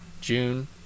June